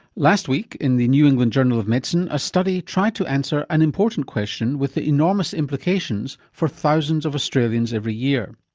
last week in the new england journal of medicine a study tried to answer an important question with enormous implications for thousands of australians every year.